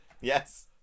Yes